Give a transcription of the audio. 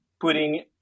putting